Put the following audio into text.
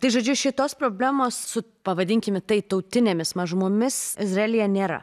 tai žodžiu šitos problemos su pavadinkime tai tautinėmis mažumomis izraelyje nėra